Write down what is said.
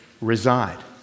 reside